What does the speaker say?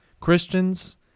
Christians